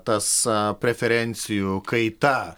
tąsa preferencijų kaita